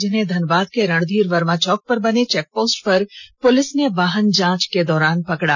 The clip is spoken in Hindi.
जिन्हें धनबाद के रणधीर वर्मा चौक पर बने चेकपोस्ट पर पुलिस ने वाहन जांच के दौरान पकड़ा